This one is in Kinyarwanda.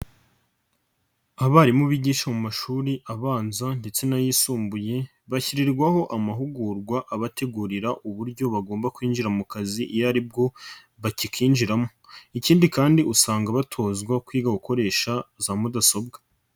Abarimu bigisha mu mashuri abanza ndetse n'ayisumbuye bashyirirwaho amahugurwa abategurira uburyo bagomba kwinjira mu kazi iyo ari bwo bakikinjiramo, ikindi kandi usanga batozwa kwiga gukoresha za mudasobwa.